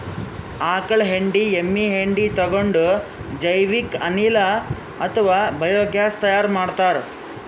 ಆಕಳ್ ಹೆಂಡಿ ಎಮ್ಮಿ ಹೆಂಡಿ ತಗೊಂಡ್ ಜೈವಿಕ್ ಅನಿಲ್ ಅಥವಾ ಬಯೋಗ್ಯಾಸ್ ತೈಯಾರ್ ಮಾಡ್ತಾರ್